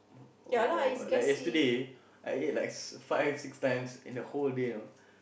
or like yesterday I ate like five six times in the whole day you know